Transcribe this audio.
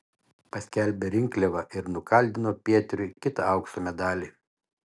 paskelbė rinkliavą ir nukaldino pietriui kitą aukso medalį